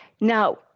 now